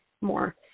more